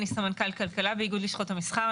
אני סמנכ"ל כלכלה באיגוד לשכות המסחר.